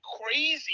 crazy